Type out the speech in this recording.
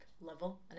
level